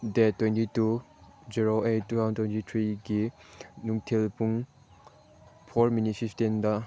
date twenty two zero eight two thousand twenty ꯊ꯭ꯔꯤꯒꯤ ꯅꯨꯡꯊꯤꯜ ꯄꯨꯡ ꯐꯣꯔ ꯃꯤꯅꯤꯠ ꯐꯤꯞꯇꯤꯟꯗ